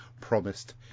promised